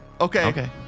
Okay